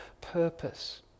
purpose